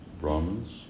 Brahmins